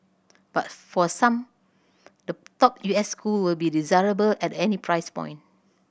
but for some the top U S school will be desirable at any price point